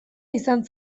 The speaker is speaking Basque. izan